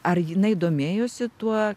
ar jinai domėjosi tuo